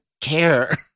care